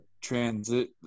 transit